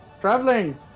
Traveling